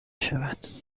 شود